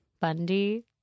Bundy